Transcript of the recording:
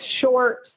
short